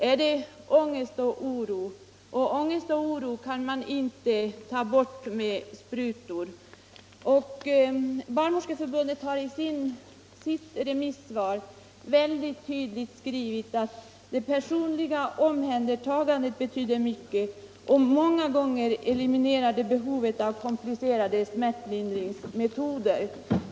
Är det ångest och oro? Ångest och oro kan ingen ta bort med sprutor. Barnmorskeförbundet har i sitt remissvar tydligt skrivit att det personliga omhändertagandet betyder mycket, och många gånger eliminerar behovet av komplicerade smärtlindringsmetoder.